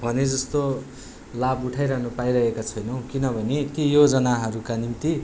भने जस्तो लाभ उठाइरहनु पाइरहेका छैनौँ किनभने ती योजनाहरूका निम्ति